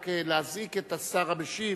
רק להזעיק את השר המשיב.